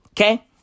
Okay